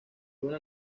una